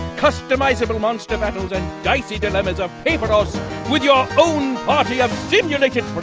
customizable monster battles and dicey dilemmas of paperos with your own party of simulated